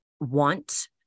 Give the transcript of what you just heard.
want